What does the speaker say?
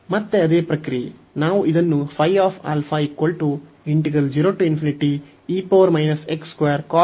ಮತ್ತೆ ಅದೇ ಪ್ರಕ್ರಿಯೆ